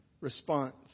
response